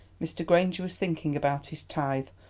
mr. granger was thinking about his tithe,